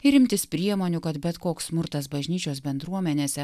ir imtis priemonių kad bet koks smurtas bažnyčios bendruomenėse